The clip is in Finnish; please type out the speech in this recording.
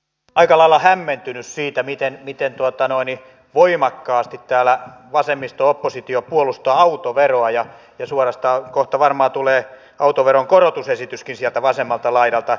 olen aika lailla hämmentynyt siitä miten voimakkaasti täällä vasemmisto oppositio puolustaa autoveroa ja suorastaan kohta varmaan tulee autoveron korotusesityskin sieltä vasemmalta laidalta